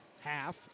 half